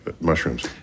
mushrooms